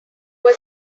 was